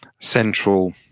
central